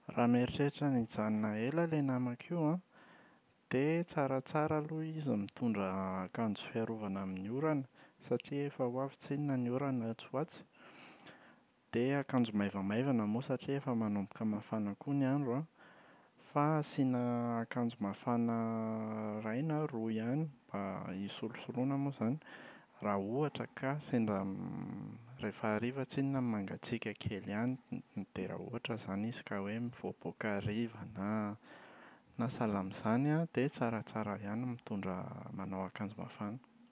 Raha mieritreritra ny hijanona ela ilay namako io an, dia tsaratsara aloha izy mitondra akanjo fiarovana amin’ny orana satria efa ho avy tsinona ny orana atsy ho atsy. Dia akanjo maivamaivana moa satria efa manomboka mafana koa ny andro an, fa asiana akanjo mafana iray na roa ihany hisolosoloana moa izany raha ohatra ka sendra rehefa hariva tsinona mangatsiaka kely ihany. D-dia raha ohatra izany izy ka hoe mivoaboaka hariva na na sahala amin’izany an, dia tsaratsara ihany mitondra manao akanjo mafana.